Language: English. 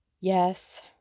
Yes